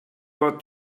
got